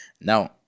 Now